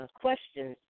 questions